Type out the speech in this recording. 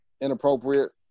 inappropriate